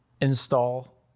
install